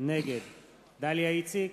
נגד דליה איציק,